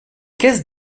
caisses